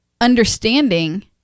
Understanding